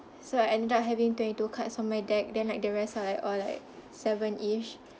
so I ended up having twenty-two cards on my deck then like the rest are like all like seven-ish